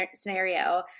scenario